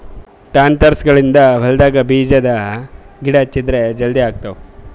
ಪ್ಲಾಂಟರ್ಸ್ಗ ಗಳಿಂದ್ ಹೊಲ್ಡಾಗ್ ಬೀಜದ ಗಿಡ ಹಚ್ಚದ್ ಜಲದಿ ಆಗ್ತಾವ್